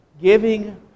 giving